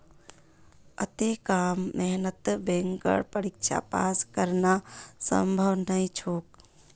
अत्ते कम मेहनतत बैंकेर परीक्षा पास करना संभव नई छोक